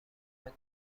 علوم